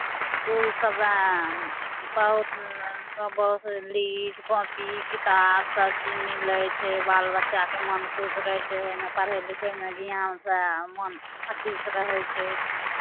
इसकुल सभमे बहुत सभसँ लीड कॉपी किताब सभचीज मिलै छै बाल बच्चाके मन खुश रहै छै ओहिमे पढ़य लिखयमे ज्ञानसँ मन अथीसँ रहै छै